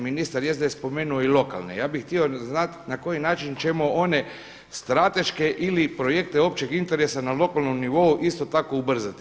Ministar jest da je spomenuo i lokalne, ja bih htio znati na koji način ćemo one strateške ili projekte općeg interesa na lokalnom nivou isto tako ubrzati.